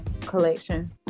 collection